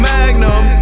Magnum